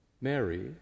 Mary